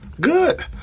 Good